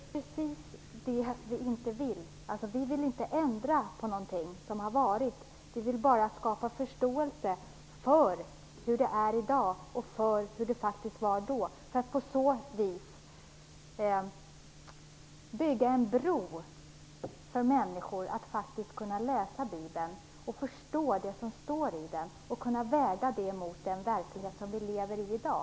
Herr talman! Det är precis vad vi inte vill. Vi vill alltså inte ändra på någonting som har varit. Vi vill bara skapa förståelse för hur det var då och hur det är i dag för att på så vis bygga en bro för människor så att de faktiskt kan läsa Bibeln och förstå det som står där samt väga det mot den verklighet som vi lever i i dag.